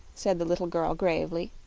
said the little girl, gravely.